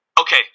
Okay